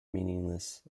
meaningless